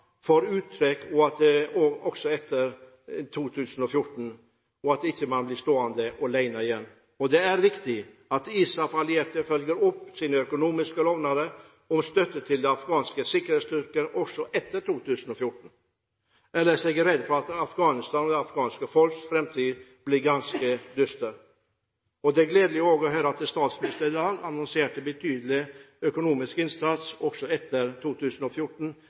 også etter 2014, og at man ikke blir stående alene igjen. Det er viktig at ISAF-allierte følger opp sine økonomiske lovnader om støtte til afghanske sikkerhetsstyrker, også etter 2014 – ellers er jeg redd for at Afghanistan og det afghanske folks framtid blir ganske dyster. Det er gledelig å høre at statsministeren i dag annonserte betydelig økonomisk innsats, også etter 2014,